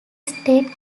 stayed